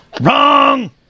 Wrong